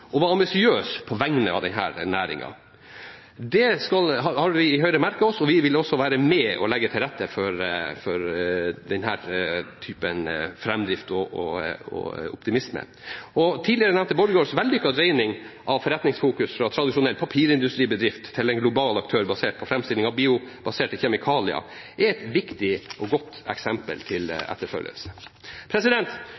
og var ambisiøse på vegne av denne næringen. Det har vi i Høyre merket oss, og vi vil også være med og legge til rette for denne typen framdrift og optimisme. Tidligere nevnte Borregaards vellykkede dreining av forretningsfokus fra tradisjonell papirindustribedrift til en global aktør basert på framstilling av biobaserte kjemikalier er et viktig og godt eksempel til etterfølgelse.